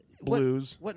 Blues